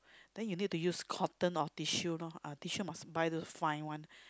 then you need to use cotton or tissue lor ah tissue must buy those fine one